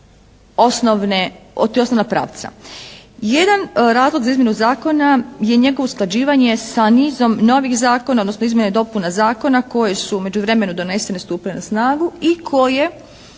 u tri osnovna pravca. Jedan razlog za izmjenu zakona je njegovo usklađivanje sa nizom novih zakona, odnosno izmjena i dopuna zakona koje su u međuvremenu donesene i stupile na snagu i koje